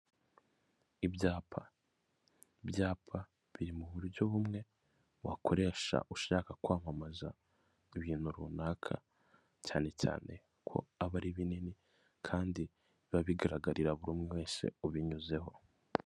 Ibyapa. Ibyapa biri mu buryo bumwe wakoresha ushaka kwamamaza ibintu runaka. Cyane cyane ko aba ari binini, kandi biba bigaragarira buri umwe wese ubinyuzeho.